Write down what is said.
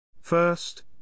First